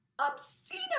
obscene